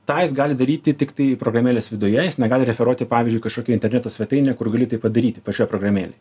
tą jis gali daryti tiktai programėlės viduje jis negali referuoti pavyzdžiui į kažkokią interneto svetainę kur gali tai padaryti pačioj programėlėj